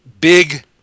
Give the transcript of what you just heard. big